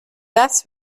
das